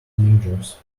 lingers